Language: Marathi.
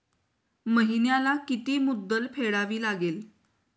महिन्याला किती मुद्दल फेडावी लागेल?